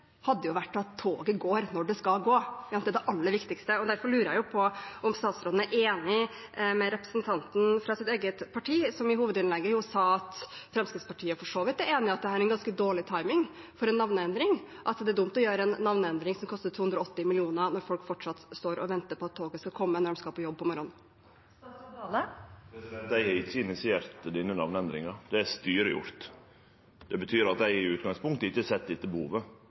hadde jo vært at toget gikk når det skulle. Derfor lurer jeg på om statsråden er enig med representanten fra sitt eget parti, som i hovedinnlegget sa at Fremskrittspartiet for så vidt er enig i at dette er en ganske dårlig timing for en navneendring – at det er dumt å gjøre en navneendring som koster 280 mill. kr når folk fortsatt står og venter på at toget skal komme når de skal på jobb om morgenen. Eg har ikkje initiert denne namneendringa. Det har styret gjort. Det betyr at eg i utgangspunktet ikkje har sett dette behovet.